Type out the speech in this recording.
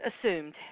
assumed